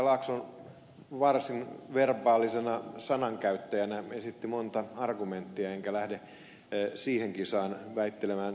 laakso varsin verbaalisena sanankäyttäjänä esitti monta argumenttia enkä lähde siihen kisaan väittelemään